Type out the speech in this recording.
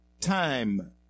time